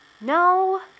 No